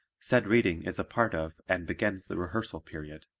said reading is a part of and begins the rehearsal period.